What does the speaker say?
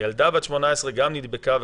הילדה בת 18 גם נדבקה,